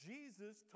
Jesus